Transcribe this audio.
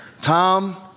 tom